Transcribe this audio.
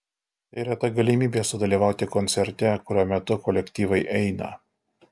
tai reta galimybė sudalyvauti koncerte kurio metu kolektyvai eina